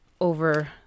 over